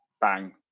bang